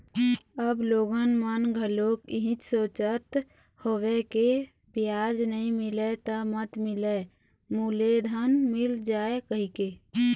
अब लोगन मन घलोक इहीं सोचत हवय के बियाज नइ मिलय त मत मिलय मूलेधन मिल जाय कहिके